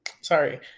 Sorry